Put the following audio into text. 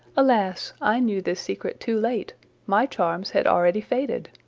alas! i knew this secret too late my charms had already faded.